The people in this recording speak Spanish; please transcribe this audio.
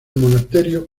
monasterio